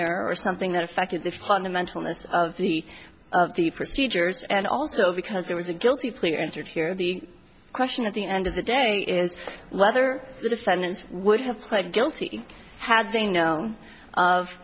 error or something that affected the fundamentalists of the of the procedures and also because there was a guilty plea entered here the question at the end of the day is whether the defendants would have played guilty had they known of